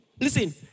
Listen